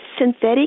synthetic